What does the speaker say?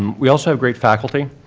um we also have great faculty.